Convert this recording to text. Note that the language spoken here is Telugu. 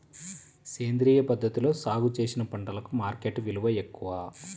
సేంద్రియ పద్ధతిలో సాగు చేసిన పంటలకు మార్కెట్ విలువ ఎక్కువ